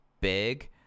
big